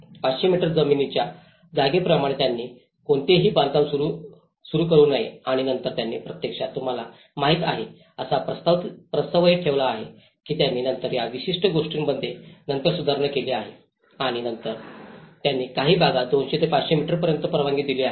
500 metre जमीनीच्या जागेप्रमाणे त्यांनी कोणतेही बांधकाम करू नये आणि नंतर त्यांनी प्रत्यक्षात तुम्हाला माहिती आहे असा प्रस्तावही ठेवला आहे की त्यांनी नंतर या विशिष्ट गोष्टीमध्ये नंतर सुधारणा केली आहे आणि नंतर त्यांनी काही भागात 200 ते 500 मीटरपर्यंत परवानगी दिली आहे